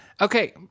Okay